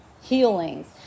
healings